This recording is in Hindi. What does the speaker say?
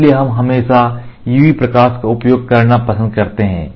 इसलिए हम हमेशा UV प्रकाश का उपयोग करना पसंद करते हैं